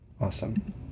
Awesome